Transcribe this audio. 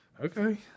Okay